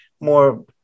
more